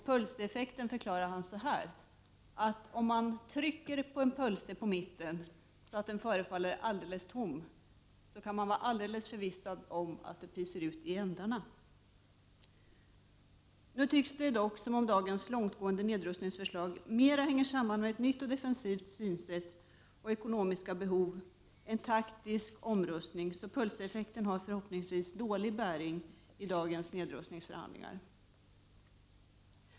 Pölseeffekten förklarade Stoltenberg så här: ”Om man klämmer ihop en pölse på mitten så att den är till synes alldeles tom, kan man vara alldeles förvissad om att det pyser ut i ändarna.” Nu tycks det dock som om dagens långtgående nedrustningsförslag mera hänger samman med ett nytt defensivt synsätt och ekonomiska behov än taktisk omrustning, varför pölseeffekten förhoppningsvis har dålig bäring i dagens nedrustningsförhandlingar.